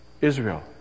Israel